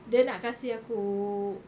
dia nak kasih aku